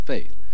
faith